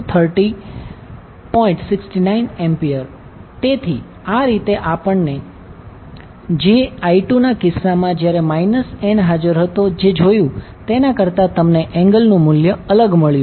69A તેથી આ રીતે આપણે જે I2ના કિસ્સામાં જ્યારે માઇનસ n હાજર હતો જે જોયું તેના કરતાં તમને એંગલ નું મૂલ્ય અલગ મળ્યું છે